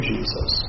Jesus